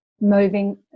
moving